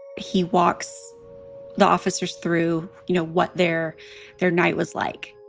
he walks the officers through. you know what they're their night was like